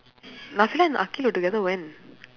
and akhil were together when